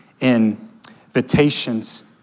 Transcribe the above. invitations